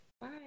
Bye